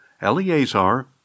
Eleazar